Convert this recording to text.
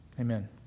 Amen